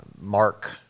Mark